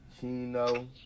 Chino